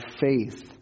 faith